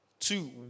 Two